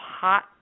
hot